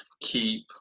keep